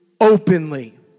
openly